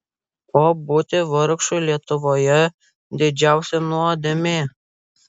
o būti vargšui lietuvoje didžiausia nuodėmė